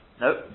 Nope